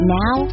now